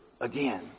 again